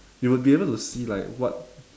you would be able to see like what